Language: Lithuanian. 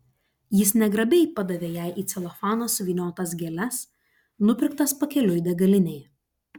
jis negrabiai padavė jai į celofaną suvyniotas gėles nupirktas pakeliui degalinėje